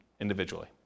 individually